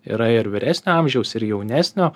yra ir vyresnio amžiaus ir jaunesnio